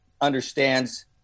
understands